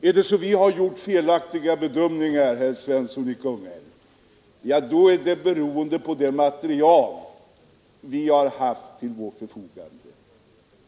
Är det så att vi har gjort felaktiga bedömningar, herr Svensson i Kungälv, är detta beroende på det material vi har haft till vårt förfogande.